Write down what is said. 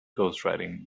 ghostwriting